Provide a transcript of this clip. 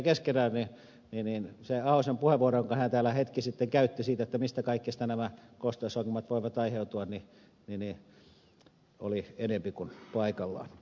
ahosen puheenvuoro jonka hän täällä hetki sitten käytti siitä mistä kaikesta nämä kosteusongelmat voivat aiheutua oli enempi kuin paikallaan